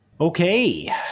Okay